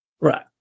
Right